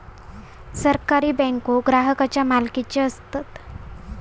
सहकारी बँको ग्राहकांच्या मालकीचे असतत